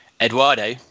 Eduardo